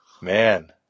Man